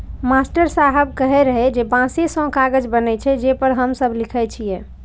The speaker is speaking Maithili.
मास्टर साहेब कहै रहै जे बांसे सं कागज बनै छै, जे पर हम सब लिखै छियै